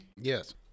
Yes